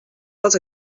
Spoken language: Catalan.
dels